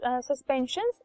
suspensions